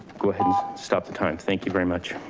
go ahead and stop the time, thank you very much. are